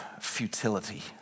futility